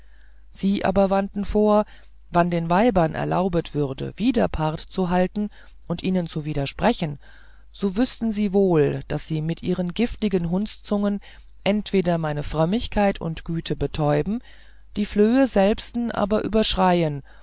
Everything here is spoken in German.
sie aber wandten vor wann den weibern erlaubet würde widerpart zu halten und ihnen zu widersprechen so wüßten sie wohl daß sie mit ihren giftigen hundszungen entweder meine frömmigkeit und güte betäuben die flöhe selbsten aber überschreien